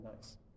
nice